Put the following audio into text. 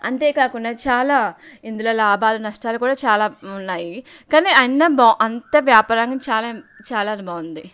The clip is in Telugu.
అంతేకాకుండా చాలా ఇందులో లాభాలు నష్టాలు కూడా చాలా ఉన్నాయి కానీ అయిన బాగా అంత వ్యాపారాన్ని చాలా చాలానే బాగుంది